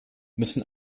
müssen